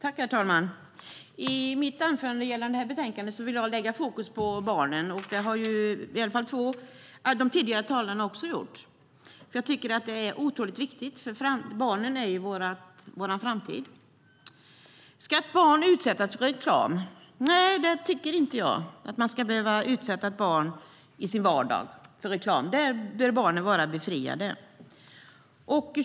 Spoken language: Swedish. Herr talman! I mitt anförande gällande detta betänkande vill jag sätta fokus på barnen, vilket de två tidigare talarna också gjort. Det är oerhört viktigt eftersom barnen är vår framtid. Ska ett barn utsättas för reklam? Nej, det tycker jag inte. Barn ska inte behöva utsättas för reklam i sin vardag. Det bör barnen vara befriade från.